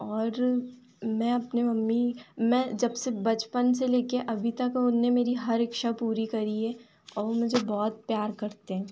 और मैं अपने मम्मी मैं जबसे बचपन से लेकर अभी तक उन्होंने मेरी हर इच्छा पूरी करी है और वे मुझे बहुत प्यार करते हैं